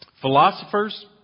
Philosophers